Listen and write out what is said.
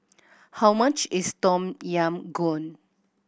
how much is Tom Yam Goong